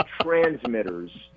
transmitters